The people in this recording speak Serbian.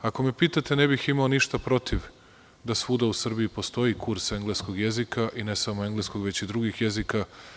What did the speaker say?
Ako me pitate, ne bih imao ništa protiv da svuda u Srbiji postoji kurs engleskog jezika i ne samo engleskog, već i drugih jezika.